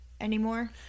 anymore